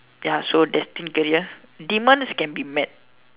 ya so destined career demands can be met